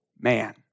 man